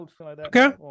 Okay